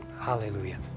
hallelujah